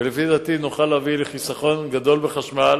ולפי דעתי נוכל להביא לחיסכון גדול בחשמל